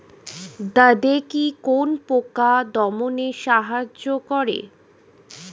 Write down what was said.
দাদেকি কোন পোকা দমনে সাহায্য করে?